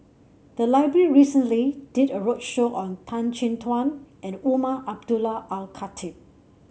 the library recently did a roadshow on Tan Chin Tuan and Umar Abdullah Al Khatib